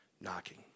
knocking